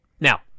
Now